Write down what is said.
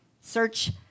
search